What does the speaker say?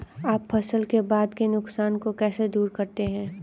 आप फसल के बाद के नुकसान को कैसे दूर करते हैं?